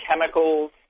chemicals